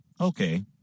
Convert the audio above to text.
Okay